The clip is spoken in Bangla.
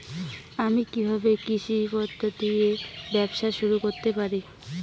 আমি কিভাবে কৃষি পণ্য দিয়ে ব্যবসা শুরু করতে পারি?